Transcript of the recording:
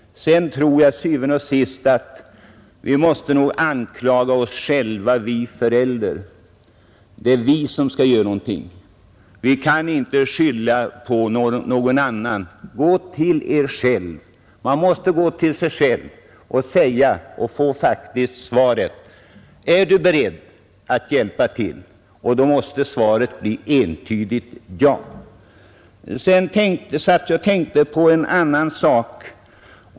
Men til syvende og sidst är det vi föräldrar som måste göra något. Vi kan inte skylla på någon annan. Man måste gå till sig själv och fråga: Är du beredd att hjälpa till? Och då måste svaret bli entydigt ja. Jag har suttit och tänkt på en annan sak.